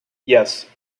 yes